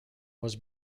was